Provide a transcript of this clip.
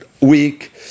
week